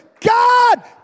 God